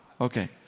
Okay